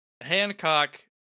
Hancock